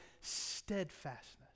steadfastness